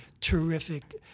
terrific